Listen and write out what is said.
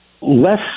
less